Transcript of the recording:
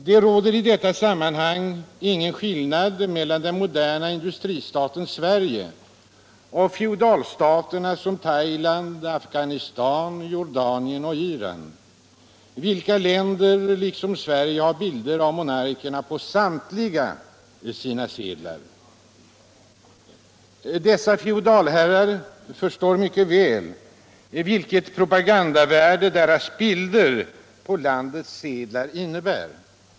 Det råder i detta sammanhang ingen skillnad mellan den moderna industristaten Sverige och feodalstaterna Thailand, Afghanistan, Jordanien och Iran, vilka länder liksom Sverige har bilder av monarkerna på samtliga sina sedlar. Dessa feodalherrar förstår mycket väl vilket propagandavärde deras bilder på landets sedlar innebär.